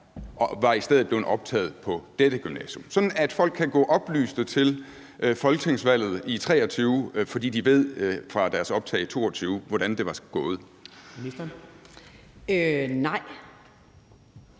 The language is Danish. og var i stedet blevet optaget på et andet gymnasium – altså sådan at folk kan gå oplyste til folketingsvalget i 2023, fordi de ved fra optaget i 2022, hvordan det var gået? Kl.